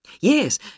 Yes